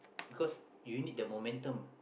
because you need the momentum